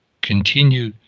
continue